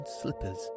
slippers